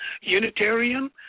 Unitarian